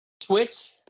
Twitch